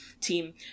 team